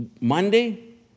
Monday